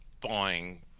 buying